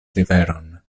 riveron